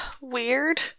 weird